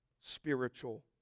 spiritual